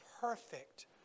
perfect